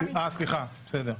סליחה, בסדר.